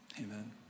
Amen